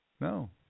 No